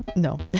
no.